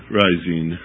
rising